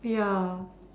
ya